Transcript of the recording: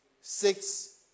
six